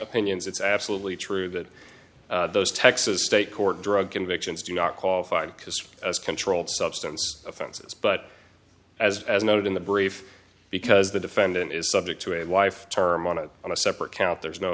opinions it's absolutely true that those texas state court drug convictions do not qualify because as controlled substance offenses but as noted in the brief because the defendant is subject to a life term on it on a separate count there is no